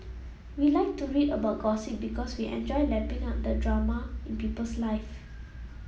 we like to read about gossip because we enjoy lapping up the drama in people's lives